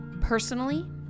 personally